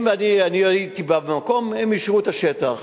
אני הייתי במקום, הם אישרו את השטח.